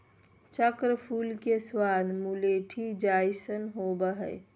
चक्र फूल के स्वाद मुलैठी जइसन होबा हइ